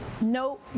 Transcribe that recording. No